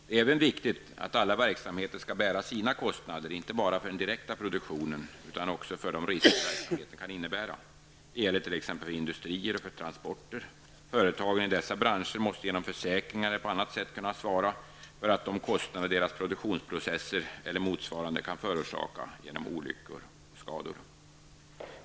Det är även viktigt att alla verksamheter skall bära sina kostnader, inte bara för den direkta produktionen utan också för de risker verksamheten kan innebära. Det gäller t.ex. för industrier och för transporter. Företagen i dessa branscher måste genom försäkringar eller på annat sätt kunna svara för de kostnader deras produktionsprocesser o.d. kan förorsaka genom olyckor eller skador.